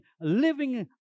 living